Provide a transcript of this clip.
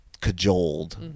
cajoled